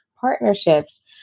partnerships